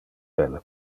belle